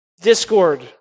Discord